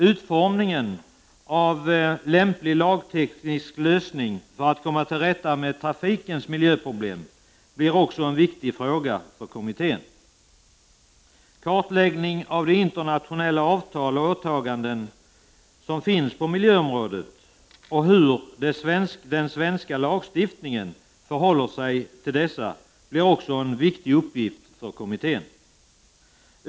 Utformningen av lämplig lagteknisk lösning för att komma till rätta med trafikens miljöproblem blir också en viktig fråga för kommittén. Kartläggning av de internationella avtal och åtaganden som finns på miljöområdet och hur den svenska lagstiftningen förhåller sig till dessa blir en annan av kommitténs viktiga uppgifter.